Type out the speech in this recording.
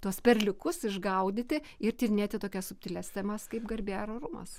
tuos perliukus išgaudyti ir tyrinėti tokias subtilias temas kaip garbė ar orumas